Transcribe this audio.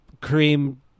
cream